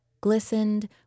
glistened